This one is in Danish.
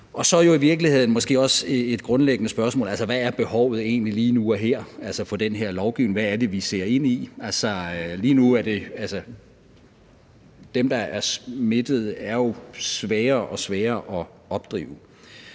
man jo i virkeligheden også stille et grundlæggende spørgsmål: Altså, hvad er behovet egentlig lige nu og her for den her lovgivning? Hvad er det, vi ser ind i? Altså, lige nu er dem, der er smittet, jo sværere og sværere at opdrive.